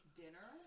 dinner